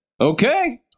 Okay